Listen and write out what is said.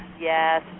Yes